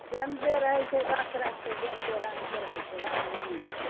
गेंदे रहै छै दश रङ्गके गेंदे रङ्गके रहै छै रङ्ग रङ्गके